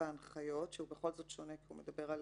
בהנחיות שהוא בכל זאת שונה כי הוא מדבר על